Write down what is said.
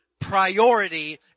priority